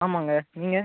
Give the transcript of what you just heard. ஆமாங்க நீங்கள்